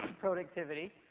productivity